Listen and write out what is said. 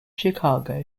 chicago